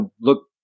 look